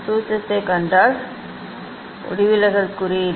நீங்கள் சூத்திரத்தைக் கண்டால் ஒளிவிலகல் குறியீடு